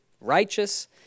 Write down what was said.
righteous